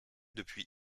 depuis